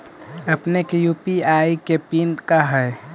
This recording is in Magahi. अपने के यू.पी.आई के पिन का हई